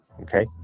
Okay